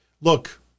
look